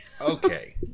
Okay